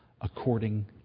According